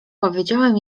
powiedziałem